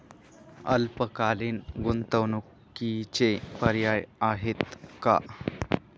अल्पकालीन गुंतवणूकीचे पर्याय आहेत का?